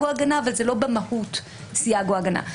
או הגנה אבל זה לא במהות סייג או הגנה.